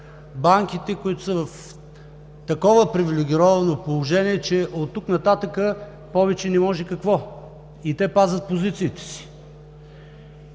Банките са в такова привилегировано положение, че оттук нататък повече не може! И те пазят позициите си.